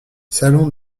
salon